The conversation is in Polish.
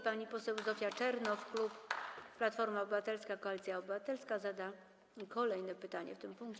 Pani poseł Zofia Czernow, klub Platforma Obywatelska - Koalicja Obywatelska, zada kolejne pytanie w tym punkcie.